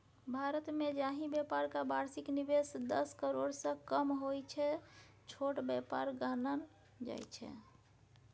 भारतमे जाहि बेपारक बार्षिक निबेश दस करोड़सँ कम होइ छै छोट बेपार गानल जाइ छै